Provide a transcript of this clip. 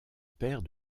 père